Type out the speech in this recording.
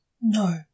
No